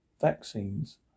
Vaccines